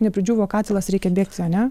nepridžiūvo katilas reikia bėgti ane